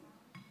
היושב-ראש.